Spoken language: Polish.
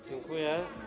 Dziękuję.